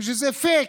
ושזה פייק,